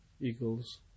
eagles